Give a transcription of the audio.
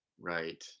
Right